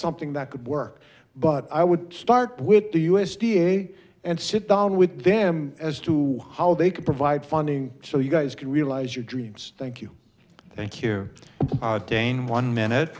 something that could work but i would start with the u s d a and sit down with them as to how they could provide funding so you guys can realize your dreams thank you thank you again one minute